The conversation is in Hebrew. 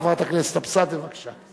חברת הכנסת אבסדזה, בבקשה.